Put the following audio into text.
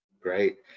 Great